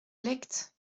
lect